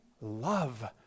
love